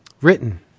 Written